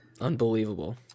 unbelievable